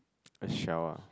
a shell ah